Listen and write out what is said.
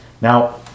Now